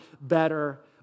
better